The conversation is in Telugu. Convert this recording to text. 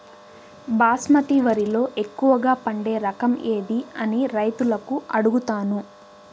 బాస్మతి వరిలో ఎక్కువగా పండే రకం ఏది అని రైతులను అడుగుతాను?